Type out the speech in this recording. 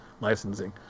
licensing